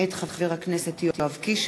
מאת חבר הכנסת אלעזר שטרן,